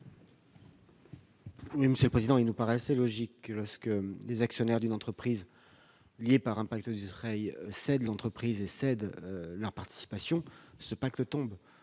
du Gouvernement ? Il nous paraît assez logique que, lorsque les actionnaires d'une entreprise liés par un pacte Dutreil cèdent l'entreprise et leurs participations, ce pacte tombe.